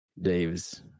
dave's